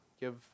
give